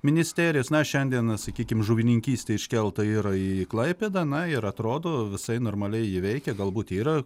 ministerijos na šiandiena sakykime žuvininkystė iškelta yra į klaipėdą na ir atrodo visai normaliai ji veikia galbūt yra